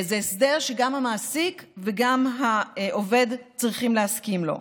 זה הסדר שגם המעסיק וגם העובד צריכים להסכים לו.